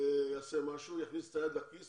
יעשה משהו, יכניס את היד לכיס